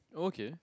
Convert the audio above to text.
okay